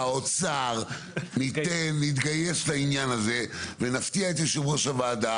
האוצר נתגייס לעניין הזה ונפתיע את יושב-ראש הוועדה